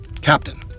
Captain